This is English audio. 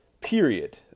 period